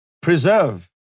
Preserve